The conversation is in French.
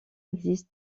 existe